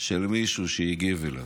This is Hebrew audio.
של מישהו שהגיב עליו.